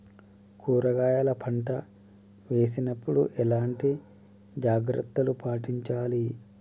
కూరగాయల పంట వేసినప్పుడు ఎలాంటి జాగ్రత్తలు పాటించాలి?